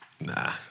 nah